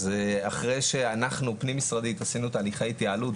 אחרי שאנחנו פנים-משרדית עשינו תהליכי התייעלות,